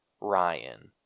ryan